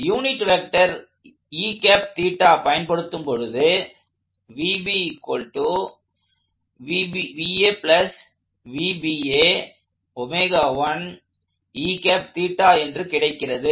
unit vector பயன்படுத்தும் பொழுது என்று கிடைக்கிறது